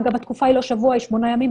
אגב, התקופה היא לא שבוע, היא שמונה ימים.